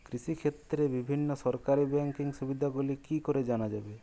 কৃষিক্ষেত্রে বিভিন্ন সরকারি ব্যকিং সুবিধাগুলি কি করে জানা যাবে?